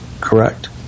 Correct